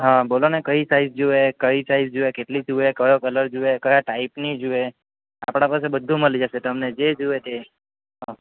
હા બોલોને કઈ સાઇઝ જોઈએ કઈ સાઇઝ જોઈએ કેટલી જોઈએ કયો કલર જોઈએ કયા ટાઇપની જોઈએ આપણા પાસે બધું મળી જશે તમને જે જોઈએ તે હા